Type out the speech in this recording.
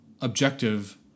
objective